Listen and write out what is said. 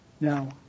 Now